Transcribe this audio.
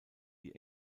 die